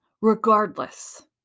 regardless